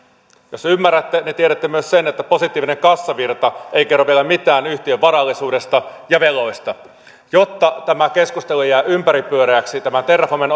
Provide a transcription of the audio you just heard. jos ymmärrätte niin tiedätte myös sen että positiivinen kassavirta ei kerro vielä mitään yhtiön varallisuudesta ja veloista jotta tämä keskustelu ei jää ympäripyöreäksi tämän terrafamen